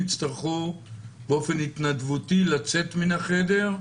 יצטרכו באופן התנדבותי לצאת מן החדר?